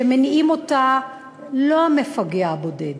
שמניעים אותה לא המפגע הבודד,